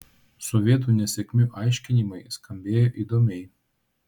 sovietų nesėkmių aiškinimai skambėjo įdomiai